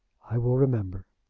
i will remember.